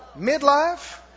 Midlife